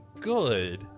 good